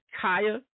Kaya